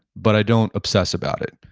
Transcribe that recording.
but i don't obsess about it.